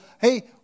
hey